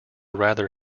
rather